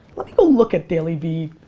let me go look at dailyvee.